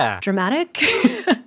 dramatic